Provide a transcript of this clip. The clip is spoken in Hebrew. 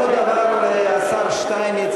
אותו הדבר על השר שטייניץ,